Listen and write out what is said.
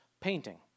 painting